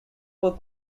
both